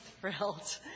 thrilled